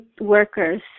workers